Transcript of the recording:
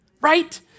right